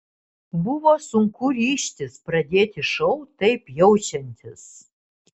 buvo sunku ryžtis pradėti šou taip jaučiantis